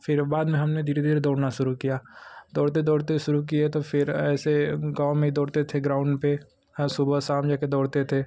फिर बाद में हमने धीरे धीरे दौड़ना शुरू किया दौड़ते दौड़ते शुरू किए तो फिर ऐसे गाँव में ही दौड़ते थे ग्राउंड पर हर सुबह शाम जा कर दौड़ते थे